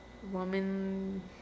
woman